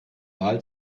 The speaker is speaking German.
wahl